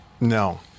No